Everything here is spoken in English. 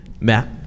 Matt